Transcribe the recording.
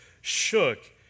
shook